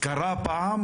קרה פעם